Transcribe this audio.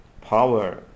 power